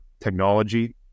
technology